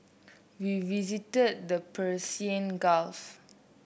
we visited the Persian Gulf